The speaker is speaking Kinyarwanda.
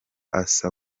asa